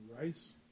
Rice